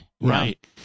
Right